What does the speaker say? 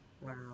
Wow